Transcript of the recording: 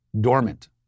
dormant